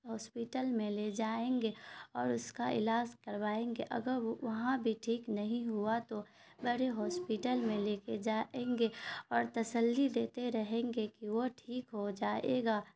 hospital میں لے جائیں گے اور اس کا علاج کروائیں گے اگر وہ وہاں بھی ٹھیک نہیں ہوا تو بڑے ہاسپیٹل میں لے کے جائیں گے اور تسلی دیتے رہیں گے کہ وہ ٹھیک ہو جائے گا